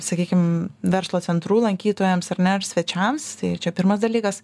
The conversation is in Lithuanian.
sakykim verslo centrų lankytojams ar ne ar svečiams tai čia pirmas dalykas